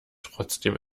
trotzdem